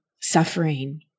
suffering